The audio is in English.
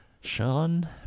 Sean